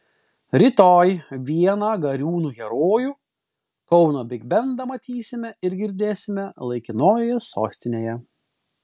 rytoj vieną gariūnų herojų kauno bigbendą matysime ir girdėsime laikinojoje sostinėje